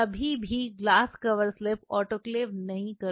कभी भी glass cover slip autoclave न करें